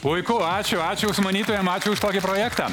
puiku ačiū ačiū sumanytojam ačiū už tokį projektą